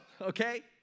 Okay